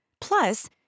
Plus